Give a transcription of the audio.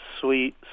Sweet